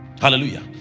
Hallelujah